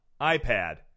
iPad